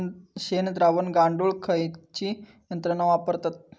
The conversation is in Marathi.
शेणद्रावण गाळूक खयची यंत्रणा वापरतत?